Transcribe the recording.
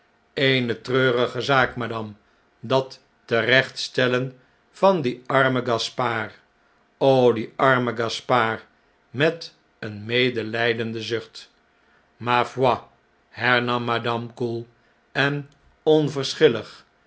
bene treurige zaak madame dat terechtstellen van dien armen gaspard die arme gaspard met een medelpenden zucht mafoi hernam madame koel en